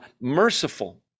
merciful